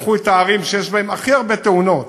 לקחו את הערים שיש בהן הכי הרבה תאונות